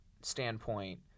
standpoint